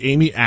Amy